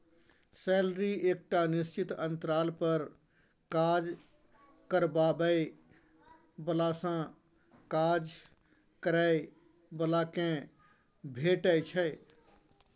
salary एकटा निश्चित अंतराल पर काज करबाबै बलासँ काज करय बला केँ भेटै छै